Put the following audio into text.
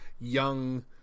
young